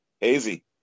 Hazy